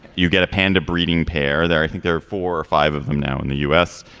you get a panda breeding pair there. i think there are four or five of them now in the u s.